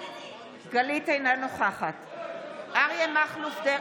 אינה נוכחת אריה מכלוף דרעי,